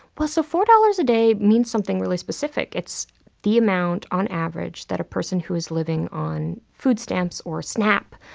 but so four dollars a day means something really specific. it's the amount, on average, that a person who is living on food stamps or snap,